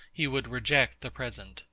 he would reject the present.